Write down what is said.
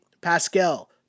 Pascal